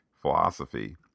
philosophy